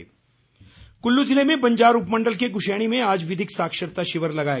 विधिक साक्षरता कुल्लू ज़िले में बंजार उपमण्डल के गुशैणी में आज विधिक साक्षरता शिविर लगाया